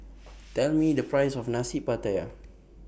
Tell Me The Price of Nasi Pattaya